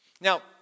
Now